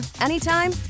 anytime